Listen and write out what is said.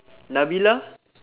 nabilah